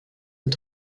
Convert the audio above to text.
und